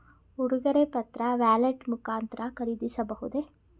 ಉಡುಗೊರೆ ಪತ್ರ ವ್ಯಾಲೆಟ್ ಮುಖಾಂತರ ಖರೀದಿಸಬಹುದೇ?